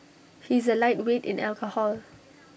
he is A lightweight in alcohol